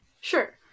Sure